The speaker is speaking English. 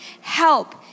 help